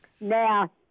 Now